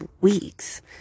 weeks